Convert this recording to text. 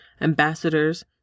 ambassadors